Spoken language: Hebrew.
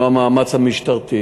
הנו המאמץ המשטרתי